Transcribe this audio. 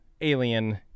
alien